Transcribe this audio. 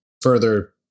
further